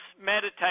meditate